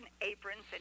aprons